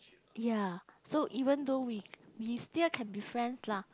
ya so even though we we still can be friends lah